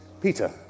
Peter